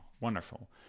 Wonderful